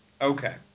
Okay